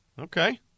Okay